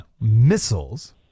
missiles